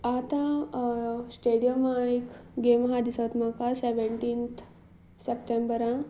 आतां स्टेडियमा एक गेम आसा दिसता म्हाका सेवेंनटींत सप्टेंबरा